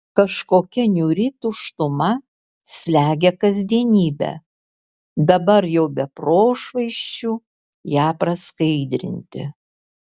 kažkokia niūri tuštuma slegia kasdienybę dabar jau be prošvaisčių ją praskaidrinti